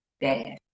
dad